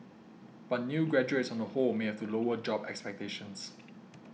but new graduates on the whole may have to lower job expectations